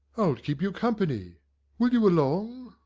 i'll keep you company will you along?